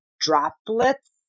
droplets